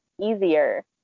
easier